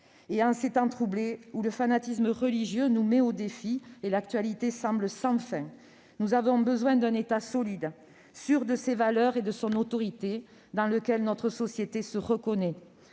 En ces temps troublés, où le fanatisme religieux nous met au défi et où l'actualité semble sans fin, nous avons besoin d'un État solide, sûr de ses valeurs et de son autorité, dans lequel notre société se reconnaît.